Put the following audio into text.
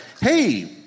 hey